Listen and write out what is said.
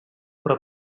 però